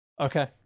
Okay